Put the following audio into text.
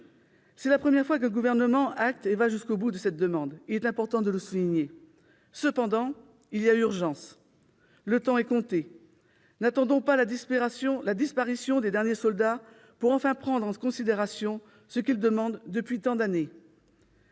C'est la première fois qu'un gouvernement va jusqu'au bout en donnant satisfaction à cette demande ; il est important de le souligner. Cependant, il y a urgence. Le temps est compté. N'attendons pas la disparition des derniers soldats pour enfin prendre en considération ce qu'ils demandent depuis tant d'années.